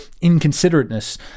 inconsiderateness